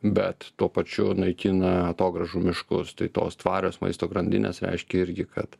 bet tuo pačiu naikina atogrąžų miškus tai tos tvarios maisto grandinės reiškia irgi kad